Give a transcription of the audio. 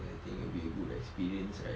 I think it'll be a good experience right